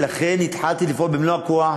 ולכן התחלתי לפעול במלוא הכוח,